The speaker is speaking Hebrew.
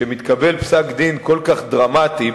כשמתקבל פסק-דין כל כך דרמטי,